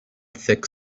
thick